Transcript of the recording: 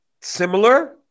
similar